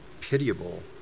Pitiable